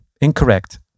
incorrect